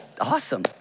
awesome